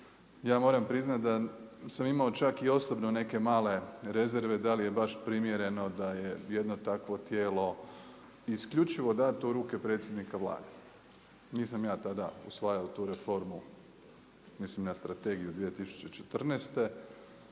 Ja moram priznati da sam imao čak i osobno neke male rezerve da li je baš primjereno da je jedno takvo tijelo isključivo dato u ruke predsjednika Vlade. Nisam ja tada usvajao tu reformu, mislim na Strategiju 2014.